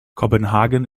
kopenhagen